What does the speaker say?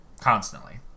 constantly